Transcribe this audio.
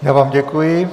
Já vám děkuji.